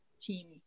team